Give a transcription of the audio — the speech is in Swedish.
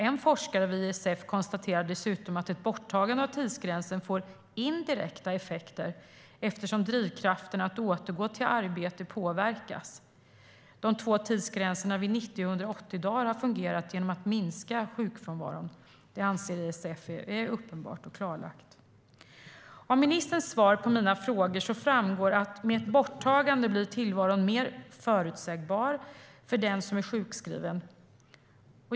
En forskare vid ISF konstaterar dessutom att ett borttagande av tidsgränsen får indirekta effekter, eftersom drivkraften att återgå till arbete påverkas. De två tidsgränserna vid 90 och 180 dagar har fungerat genom att minska sjukfrånvaron. Detta anser ISF vara uppenbart och klarlagt. Av ministerns svar på mina frågor framgår att med ett borttagande blir tillvaron mer förutsägbar för den som är sjukskriven.